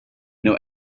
know